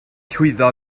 llwyddo